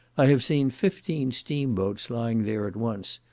i have seen fifteen steam-boats lying there at once,